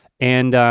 and,